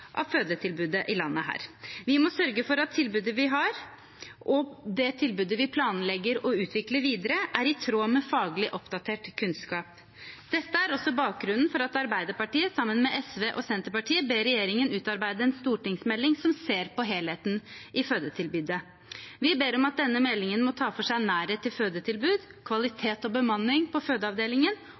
av fødetilbudet i landet her. Vi må sørge for at det tilbudet vi har, og det tilbudet vi planlegger å utvikle videre, er i tråd med faglig oppdatert kunnskap. Dette er også bakgrunnen for at Arbeiderpartiet, sammen med SV og Senterpartiet, ber regjeringen utarbeide en stortingsmelding som ser på helheten i fødetilbudet. Vi ber om at denne meldingen må ta for seg nærhet til fødetilbud, kvalitet og bemanning på fødeavdelingen,